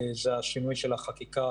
זה השינוי של החקיקה,